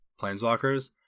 Planeswalkers